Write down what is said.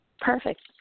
Perfect